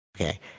Okay